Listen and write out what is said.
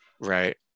Right